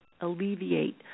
alleviate